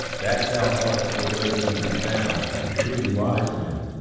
that thou art nowhere to be found, agree wise men,